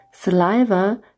Saliva